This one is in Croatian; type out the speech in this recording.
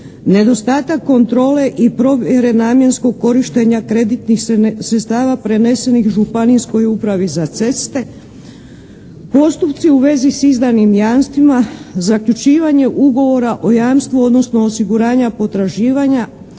nedostatak kontrole i provjere namjenskog korištenja kreditnih sredstava prenesenih Županijskoj upravi za ceste, postupci u vezi s izdanim jamstvima, zaključivanje ugovora o jamstvu, odnosno osiguranja potraživanja,